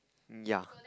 ya